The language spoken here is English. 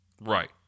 Right